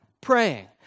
Praying